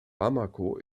bamako